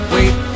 Wait